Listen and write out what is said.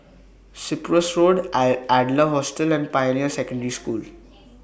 Cyprus Road I Adler Hostel and Pioneer Secondary School